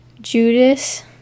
Judas